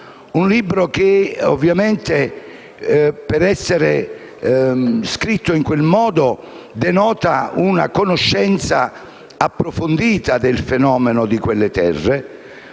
un libro che, per essere stato scritto in quel modo, denota una conoscenza approfondita del fenomeno in quelle terre;